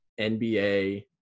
NBA